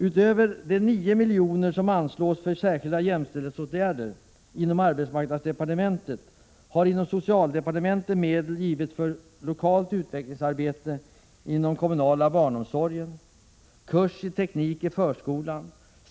Utöver de 9 milj.kr. som anslås för särskilda jämställdhetsåtgärder inom arbetsmarknadsdepartementets område har inom socialdepartementet medel givits för lokalt utvecklingsarbete inom den kommunala barnomsorgen och kurs i teknik i förskolan.